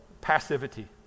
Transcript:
passivity